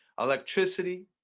Electricity